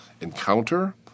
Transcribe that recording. encounter